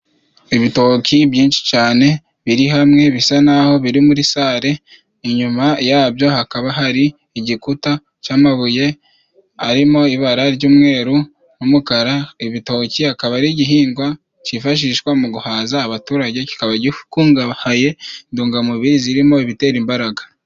Ibitoki byinshi cane biri hamwe bisa n'aho biri muri sale. Inyuma yabyo hakaba hari igikuta c'amabuye arimo ibara ry'umweru n'umukara. Ibitoki akaba ari igihingwa cifashishwa mu guhaza abaturage, kikaba gikungahaye indungamubiri zirimo ibitera imbaraga.